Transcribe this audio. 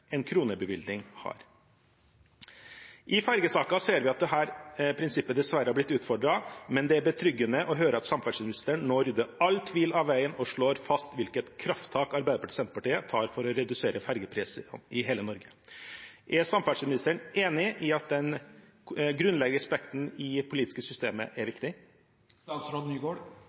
en kronebevilgning har. I fergesaker ser vi at dette prinsippet dessverre har blitt utfordret, men det er betryggende å høre at samferdselsministeren nå rydder all tvil av veien og slår fast hvilket krafttak Arbeiderpartiet og Senterpartiet tar for å redusere fergeprisene i hele Norge. Er samferdselsministeren enig i at den grunnleggende respekten i det politiske systemet er